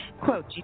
Quote